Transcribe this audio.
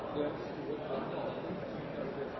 Det er